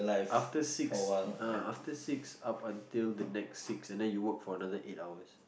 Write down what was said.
after six uh after six up until the next six and then you work for another eight hours